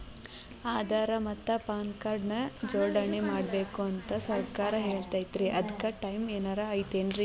ಆಧಾರ ಮತ್ತ PAN card ನ ಜೋಡಣೆ ಮಾಡ್ಬೇಕು ಅಂತಾ ಸರ್ಕಾರ ಹೇಳೈತ್ರಿ ಅದ್ಕ ಟೈಮ್ ಏನಾರ ಐತೇನ್ರೇ?